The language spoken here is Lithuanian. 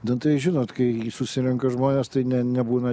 nu tai žinot kai susirenka žmonės tai ne nebūna